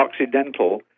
Occidental